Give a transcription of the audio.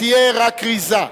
תהיה רק כריזה.